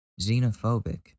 xenophobic